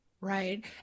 Right